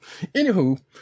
Anywho